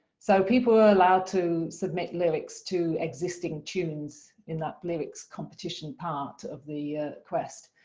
so people are allowed to submit lyrics to existing tunes in that lyrics competition part of the quest.